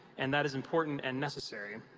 and that is important and necessary.